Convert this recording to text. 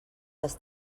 les